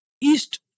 ...East